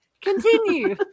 Continue